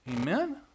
Amen